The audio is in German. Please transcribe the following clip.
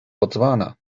botswana